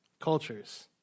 cultures